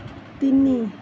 তিনি